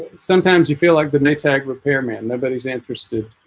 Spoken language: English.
sometimes you feel like the night ag repairman nobody's interested